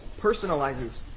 personalizes